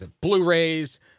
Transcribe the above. Blu-rays